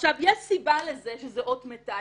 עכשיו יש סיבה לזה שזה אות מיתה,